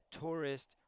tourist